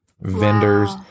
vendors